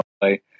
play